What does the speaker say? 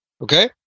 Okay